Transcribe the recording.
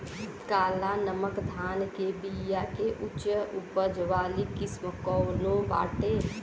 काला नमक धान के बिया के उच्च उपज वाली किस्म कौनो बाटे?